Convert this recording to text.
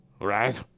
Right